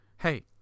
Hey